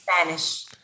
Spanish